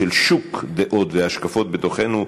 של שוק דעות והשקפות בתוכנו,